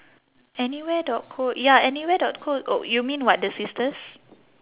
anywhere dot co ya anywhere dot co oh you mean what the sisters